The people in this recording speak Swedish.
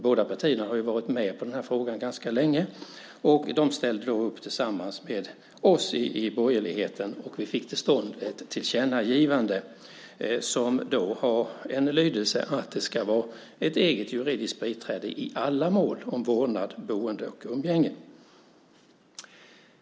Båda partierna har ju varit med på denna fråga ganska länge, och de ställde då upp tillsammans med oss i de borgerliga partierna. Vi fick till stånd ett tillkännagivande med lydelsen att det ska finnas ett eget juridiskt biträde i alla mål om vårdnad, boende och umgänge.